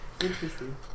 Interesting